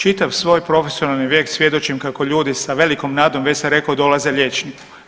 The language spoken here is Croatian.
Čitav svoj profesionalni vijek svjedočim kako ljudi sa velikom nadom, već sam rekao, dolaze liječniku.